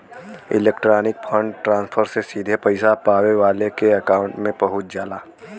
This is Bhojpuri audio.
इलेक्ट्रॉनिक फण्ड ट्रांसफर से सीधे पइसा पावे वाले के अकांउट में पहुंच जाला